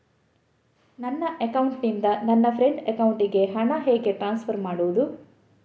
ನನ್ನ ಅಕೌಂಟಿನಿಂದ ನನ್ನ ಫ್ರೆಂಡ್ ಅಕೌಂಟಿಗೆ ಹಣ ಹೇಗೆ ಟ್ರಾನ್ಸ್ಫರ್ ಮಾಡುವುದು?